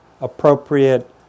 appropriate